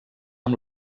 amb